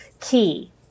key